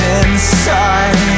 inside